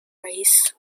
rays